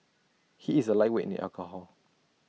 he is A lightweight in alcohol